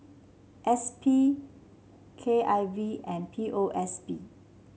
S P K I V and P O S B